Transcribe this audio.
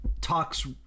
talks